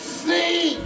see